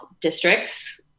districts